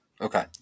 Okay